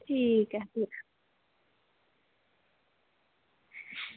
ठीक ऐ फिर